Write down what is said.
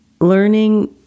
learning